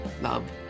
love